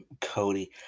cody